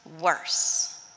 worse